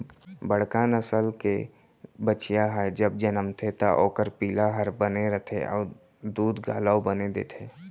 बड़का नसल के बछिया ह जब जनमथे त ओकर पिला हर बने रथे अउ दूद घलौ बने देथे